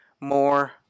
more